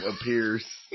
appears